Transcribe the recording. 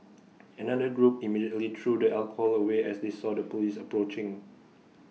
another group immediately threw the alcohol away as they saw the Police approaching